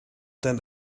than